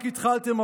רק התחלתם,